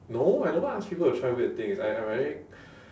no I never ask people to try weird things I I very